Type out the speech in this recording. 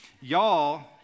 y'all